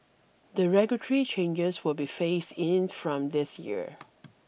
the regulatory changes will be phased in from this year